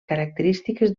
característiques